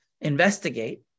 investigate